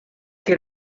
que